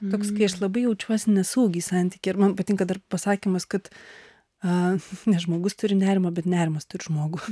toks kai aš labai jaučiuosi nesaugiai santykyje ir man patinka dar pasakymas kad a ne žmogus turi nerimą bet nerimas žmogų